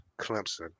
Clemson